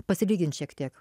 pasilygint šiek tiek